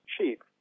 cheap